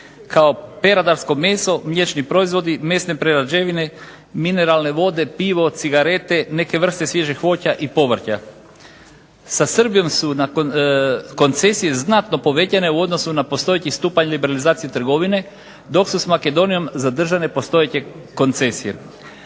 kao peradarsko meso, mliječni proizvodi, mesne prerađevine, mineralne vode, pivo, cigarete neke vrste svježeg voća i povrća. Sa Srbijom su nakon koncesije znatno povećane u odnosu na postojeći stupanj liberalizacije trgovine dok su s Makedonijom zadržane postojeće koncesije.